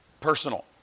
Personal